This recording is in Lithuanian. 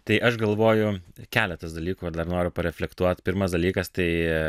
tai aš galvoju keletas dalykų dar noriu pareflektuot pirmas dalykas tai